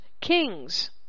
kings